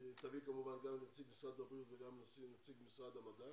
תביאי כמובן גם את נציג משרד הבריאות וגם את נציג משרד המדע